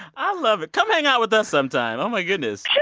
i love it. come hang out with us sometime. oh, my goodness